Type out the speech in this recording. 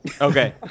Okay